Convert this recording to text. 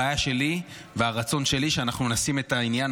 הבעיה שלי והרצון שלי שאנחנו נשים את העניין